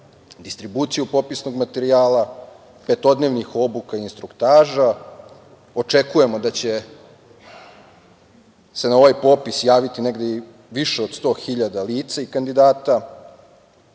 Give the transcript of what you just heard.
distribuciju popisnog materijala, petodnevnih obuka instruktaža. Očekujemo da će se na ovaj popis javiti negde i više od 100 hiljada lica i kandidata.